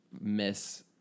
miss